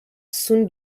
soon